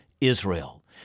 Israel